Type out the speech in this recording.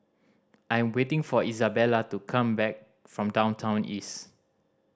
I am waiting for Izabella to come back from Downtown East